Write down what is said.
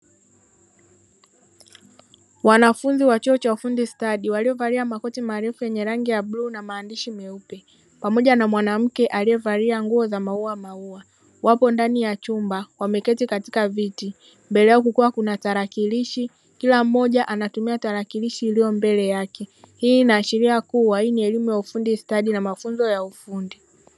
Wanafunzi wa chuo cha ufundi stadi waliovalia makoti marefu yenye rangi ya bluu na maandishi meupe pamoja na mwanamke aliyevalia nguo za mauaua wapo ndani ya chumba wameketi katika viti mbele yao kukiwa na tarakilishi kila mmoja anatumia tarakilishi iliyo mbele yake. Hii inaashiria kuwa hii ni elimu ya ufundi stadi na mafunzo ya ufundi.